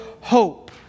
hope